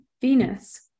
Venus